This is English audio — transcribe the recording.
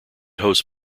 hosts